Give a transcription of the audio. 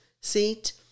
seat